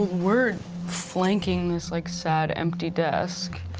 we're flanking this like, sad, empty desk.